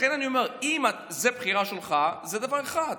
לכן אני אומר, אם זו בחירה שלך, זה דבר אחד,